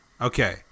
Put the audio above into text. okay